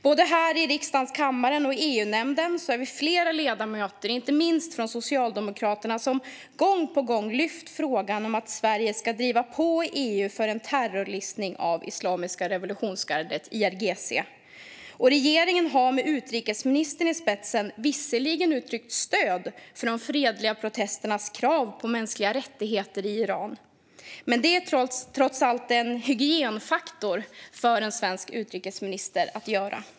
Både här i riksdagens kammare och i EU-nämnden är vi flera ledamöter, inte minst från Socialdemokraterna, som gång på gång lyft fram frågan om att Sverige ska driva på i EU för en terrorlistning av Islamiska revolutionsgardet, IRGC. Regeringen har med utrikesministern i spetsen visserligen uttryckt stöd för de fredliga protesternas krav på mänskliga rättigheter i Iran. Men det är trots allt en hygienfaktor för en svensk utrikesminister att göra det.